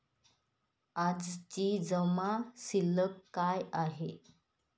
आजची जमा शिल्लक काय आहे?